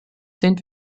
sind